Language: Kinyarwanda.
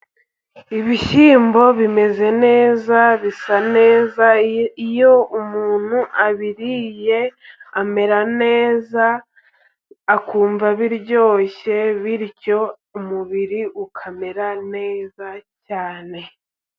Ibishyimbo bimeze neza bisa neza, iyo umuntu abiriye amera neza akumva biryoshye, bityo umubiri ukamera neza cyane.